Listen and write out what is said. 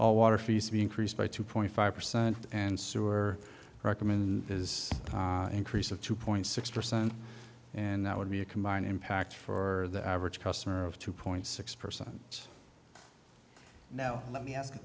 all water fees to be increased by two point five percent and sewer recommend is an increase of two point six percent and that would be a combined impact for the average customer of two point six percent now let me ask a